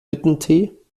hüttentee